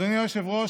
אדוני היושב-ראש,